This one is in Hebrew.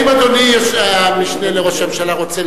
האם אדוני המשנה לראש הממשלה רוצה